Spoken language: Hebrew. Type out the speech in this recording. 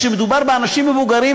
כשמדובר באנשים מבוגרים,